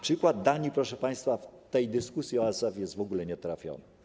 Przykład Danii, proszę państwa, w tej dyskusji o ASF jest w ogóle nietrafiony.